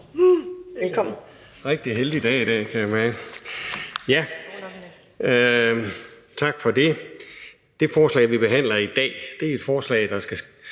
Velkommen.